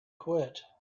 quit